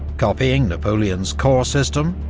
copying napoleon's corps system,